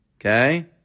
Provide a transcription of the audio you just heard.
Okay